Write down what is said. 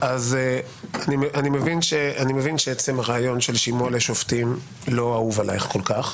אני מבין שעצם הרעיון של שימוע לשופטים לא אהוב עלייך כל כך.